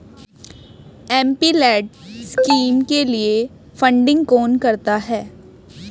MPLAD scheme के लिए funding कौन करता है?